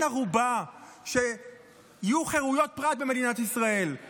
ערובה שיהיו חירויות פרט במדינת ישראל,